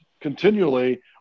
continually